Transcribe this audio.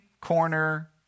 corner